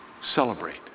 Celebrate